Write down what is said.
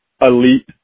elite